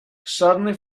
suddenly